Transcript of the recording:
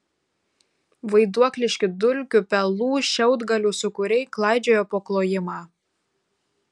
vaiduokliški dulkių pelų šiaudgalių sūkuriai klaidžiojo po klojimą